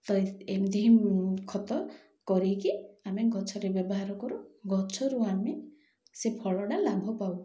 ତ ଏମିତି ହିଁ ଖତ କରିକି ଆମେ ଗଛରେ ବ୍ୟବହାର କରୁ ଗଛରୁ ଆମେ ସେ ଫଳଟା ଲାଭ କରୁ